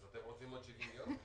אז אתם רוצים עוד 70 יום?